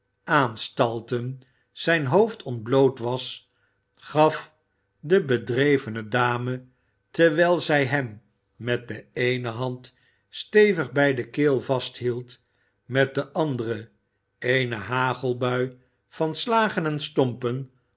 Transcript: aanstalten zijn hoofd ontbloot was gaf de bedrevene dame terwijl zij hem met de eene hand stevig bij de keel vasthield met de andere eene hagelbui van slagen en stompen